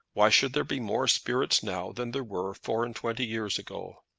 why should there be more spirits now than there were four-and-twenty years ago?